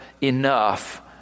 Enough